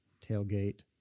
tailgate